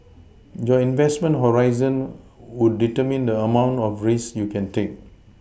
your investment horizon would determine the amount of risks you can take